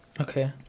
Okay